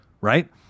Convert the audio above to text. right